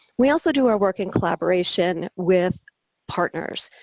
we also do our work in collaboration with partners.